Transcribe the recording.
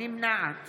נמנעת